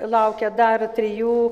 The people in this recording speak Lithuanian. laukia dar trijų